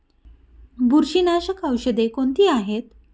बुरशीनाशक औषधे कोणती आहेत?